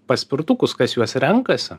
paspirtukus kas juos renkasi